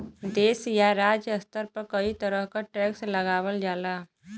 देश या राज्य स्तर पर कई तरह क टैक्स लगावल जाला